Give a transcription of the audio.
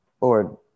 Lord